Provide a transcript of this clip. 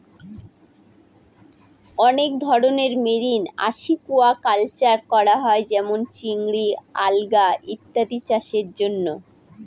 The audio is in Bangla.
অনেক ধরনের মেরিন আসিকুয়াকালচার করা হয় যেমন চিংড়ি, আলগা ইত্যাদি চাষের জন্য